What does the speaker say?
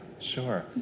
sure